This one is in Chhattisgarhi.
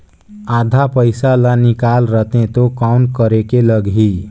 आधा पइसा ला निकाल रतें तो कौन करेके लगही?